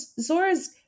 Zora's